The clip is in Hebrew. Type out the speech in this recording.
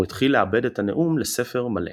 הוא התחיל לעבד את הנאום לספר מלא.